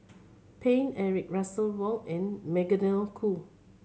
Paine Eric Russel Wong and Magdalene Khoo